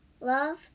Love